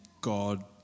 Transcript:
God